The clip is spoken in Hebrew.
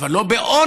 אבל לא בעוני,